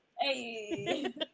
Hey